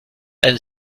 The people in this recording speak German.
ein